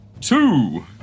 Two